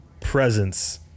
presence